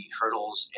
hurdles